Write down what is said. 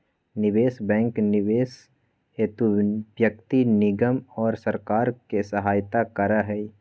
निवेश बैंक निवेश हेतु व्यक्ति निगम और सरकार के सहायता करा हई